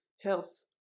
health